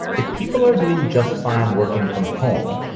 if people are doing just fine working from home,